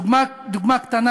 דוגמה קטנה,